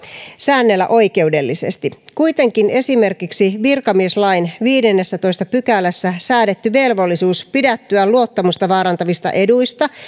säännellä oikeudellisesti kuitenkin esimerkiksi virkamieslain viidennessätoista pykälässä säädetty velvollisuus pidättyä luottamusta vaarantavista eduista